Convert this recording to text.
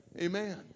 Amen